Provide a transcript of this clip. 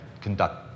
conduct